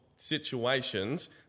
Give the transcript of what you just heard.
Situations